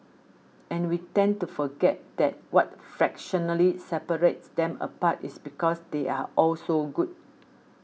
and we tend to forget that what fractionally separates them apart is because they are all so good